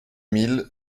mille